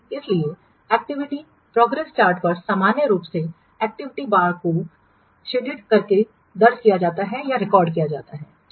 इसलिए activity progress chart पर सामान्य रूप से एक्टिविटी बार को छायांकित करके दर्ज की जाती है ठीक